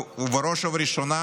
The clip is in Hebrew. ובראש ובראשונה